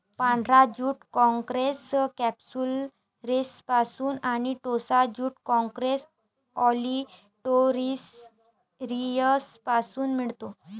पांढरा jute corchorus कॅप्सुलरिसपासून आणि टोसा ज्यूट कॉर्कोरस ऑलिटोरियसपासून मिळतो